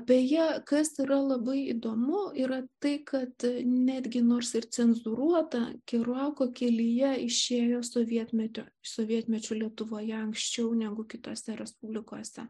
beje kas yra labai įdomu yra tai kad netgi nors ir cenzūruota keruako kelyje išėjo sovietmetio sovietmečiu lietuvoje anksčiau negu kitose respublikose